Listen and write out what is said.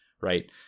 right